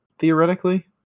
Theoretically